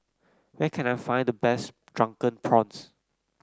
where can I find the best Drunken Prawns